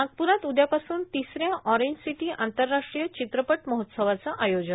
नागपुरात उद्यापासून तिसऱ्या ऑर्टेजसिटी आंतरराष्ट्रीय चित्रपट महोत्सवाचं आयोजन